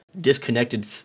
disconnected